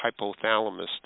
hypothalamus